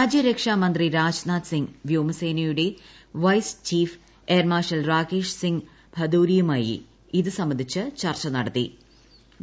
മൂാജ്യരക്ഷാ മന്ത്രി രാജ്നാഥ്സിങ് വ്യോമസേനയുടെ vice ചീഫ്റ്റ് air marshal രാകേഷ്സിങ് ഭദോരിയുമായി ഇതു സംബന്ധിച്ച് ചർച്ച നടത്തി